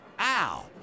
Ow